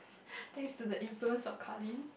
thanks to the influence of Carlyn